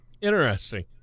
Interesting